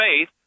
faith